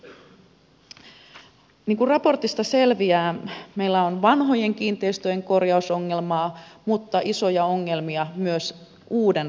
niin kuin raportista selviää meillä on vanhojen kiinteistöjen korjausongelmaa mutta isoja ongelmia myös uuden rakentamisessa